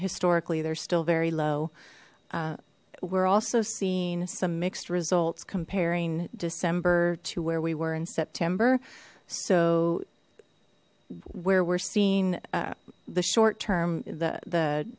historically they're still very low we're also seeing some mixed results comparing december to where we were in september so where we're seeing the short term the